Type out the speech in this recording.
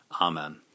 Amen